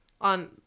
on